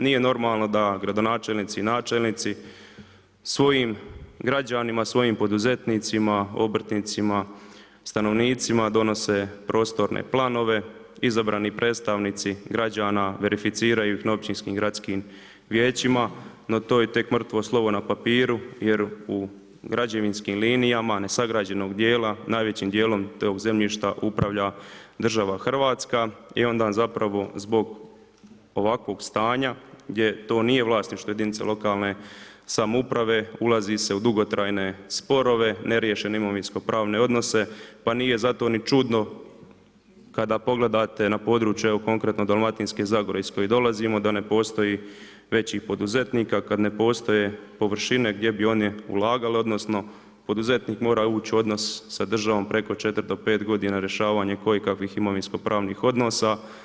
Nije normalno da gradonačelnici i načelnici, svojim građanima, svojim poduzetnicima, obrtnicima, stanovnicima, donose prostorne planove, izabrani predstavnici građana verificiraju novčarskim gradskim vijećima, no to je tek, mrtvo slovo na papiru, jer u građevinskim linijama, nenagrađenog dijela, najvećim dijelom tog zemljišta upravlja država Hrvatska i onda vam zapravo zbog ovakvog stanja, gdje to nije vlasništvo jedinice lokalne samouprave ulazi se u dugotrajne sporove, neriješene imovinsko pravne odnose, pa nije zato ni čudno, kada pogledate na područje, evo, konkretno iz Dalmatinske zagore iz koje dolazimo, da ne postoji većih poduzetnika, kada ne postoje površine gdje bi oni ulagali, odnosno, poduzetnik mora ući u odnos u državu preko 4 do 5 g. rješavanja koje kakvih imovinskih pravnih odnosa.